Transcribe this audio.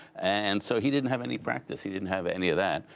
and so he didn't have any practice. he didn't have any of that.